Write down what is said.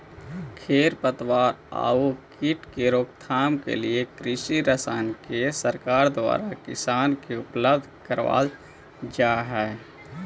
खेर पतवार आउ कीट के रोकथाम के लिए कृषि रसायन के सरकार द्वारा किसान के उपलब्ध करवल जा हई